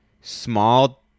small